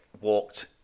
walked